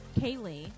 Kaylee